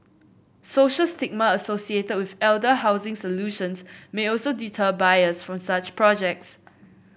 social stigma associated with elder housing solutions may also deter buyers from such projects